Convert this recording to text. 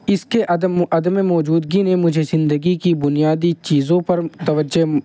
اس کے عدم عدم موجودگی نے مجھے زندگی کی بنیادی چیزوں پر توجہ